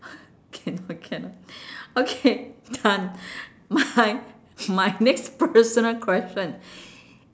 cannot cannot okay done my my next personal question